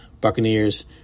Buccaneers